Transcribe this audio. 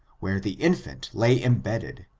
where the infant lay embedded,